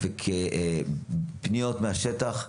לאחר פניות מהשטח,